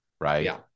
right